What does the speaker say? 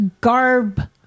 garb